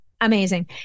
Amazing